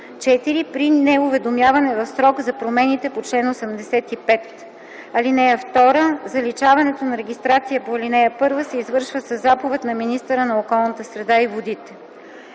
4. при неуведомяване в срока за промените по чл. 85. (2) Заличаването на регистрация по ал. 1 се извършва със заповед на министъра на околната среда и водите.”